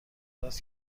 است